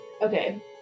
Okay